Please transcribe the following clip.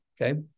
Okay